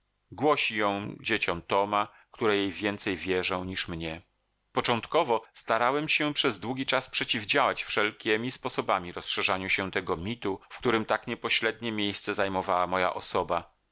głosi ją dzieciom toma które jej więcej wierzą niż mnie początkowo starałem się przez długi czas przeciwdziałać wszelkiemi sposobami rozszerzaniu się tego mitu w którym tak niepoślednie miejsce zajmowała moja osoba